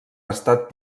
estat